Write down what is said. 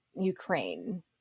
Ukraine